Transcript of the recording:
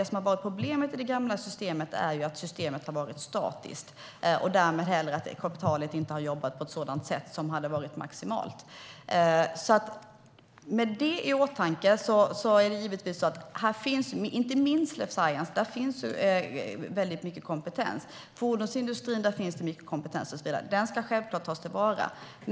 Problemet med det gamla systemet är att det har varit statiskt. Därmed har kapitalet inte jobbat maximalt. Med det i åtanke är det givetvis så att man ska ta till vara den stora kompetens som finns, inte minst inom life science, fordonsindustrin och så vidare.